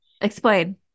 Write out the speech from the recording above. Explain